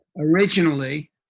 originally